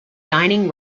dining